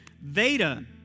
Veda